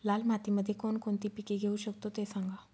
लाल मातीमध्ये कोणकोणती पिके घेऊ शकतो, ते सांगा